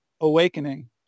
awakening